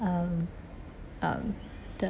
um um the